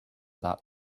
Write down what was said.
that